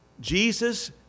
Jesus